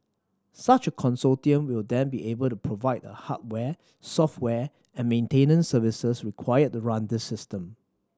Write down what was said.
such a consortium will then be able to provide the hardware software and maintenance services required to run this system